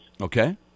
okay